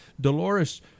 Dolores